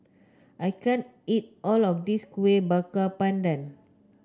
I can't eat all of this Kueh Bakar Pandan